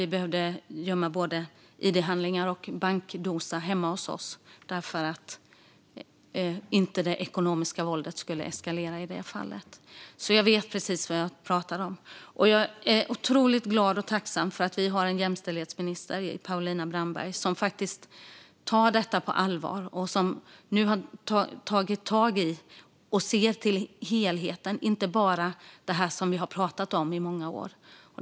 Vi behövde i det fallet gömma både id-handlingar och bankdosa hemma hos oss för att det ekonomiska våldet inte skulle eskalera. Jag vet alltså precis vad jag pratar om. Jag är otroligt glad och tacksam för att vi har en jämställdhetsminister, Paulina Brandberg, som tar detta på allvar. Hon har tagit tag i det och ser till helheten, inte bara det som det har pratats om i många år.